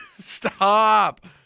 Stop